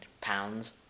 pounds